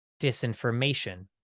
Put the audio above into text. disinformation